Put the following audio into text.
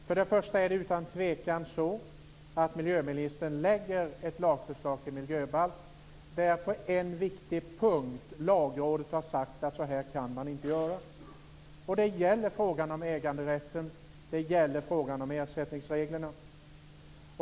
För det första är det utan tvekan så att miljöministern lägger ett lagförslag till miljöbalk där Lagrådet på en viktig punkt har sagt att man inte kan göra så. Det gäller frågan om äganderätten och ersättningsreglerna.